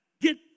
get